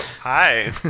Hi